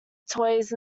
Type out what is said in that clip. toys